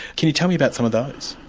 can you tell me about some of those?